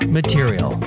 material